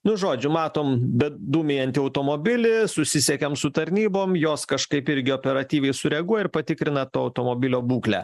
nu žodžiu matom bet dūmijantį automobilį susisiekiam su tarnybom jos kažkaip irgi operatyviai sureaguoja ir patikrina to to automobilio būklę